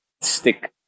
stick